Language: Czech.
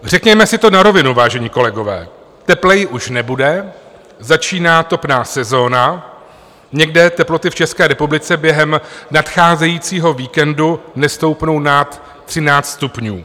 Řekněme si to na rovinu, vážení kolegové, tepleji už nebude, začíná topná sezona, někde teploty v České republice během nadcházejícího víkendu nestoupnou nad 13 stupňů.